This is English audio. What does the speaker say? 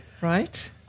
Right